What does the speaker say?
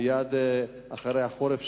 מייד אחרי החורף,